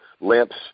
lamps